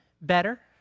better